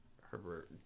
Herbert